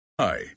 Hi